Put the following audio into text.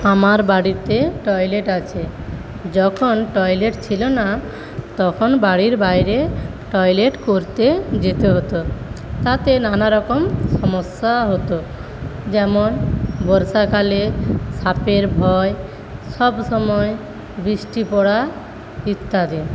আমার বাড়িতে টয়লেট আছে যখন টয়লেট ছিল না তখন বাড়ির বাইরে টয়লেট করতে যেতে হত তাতে নানারকম সমস্যা হত যেমন বর্ষাকালে সাপের ভয় সবসময় বৃষ্টি পড়া ইত্যাদি